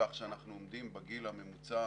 כך שאנחנו עומדים בגיל הממוצע